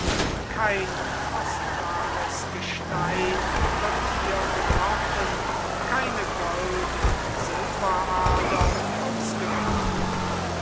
kein kostbares gestein wird hier gebrochen keine gold und silberadern ausgegraben